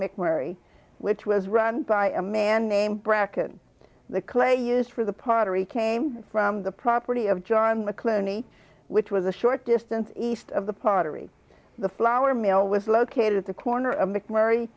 mcnairy which was run by a man named bracken the clay used for the pottery came from the property of john mcclenney which was a short distance east of the pottery the flour mill was located at the corner of mcmurr